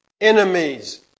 Enemies